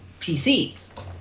PCs